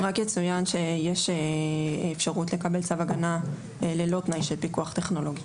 רק יצוין שיש אפשרות לקבל צו הגנה ללא תנאי של פיקוח טכנולוגי.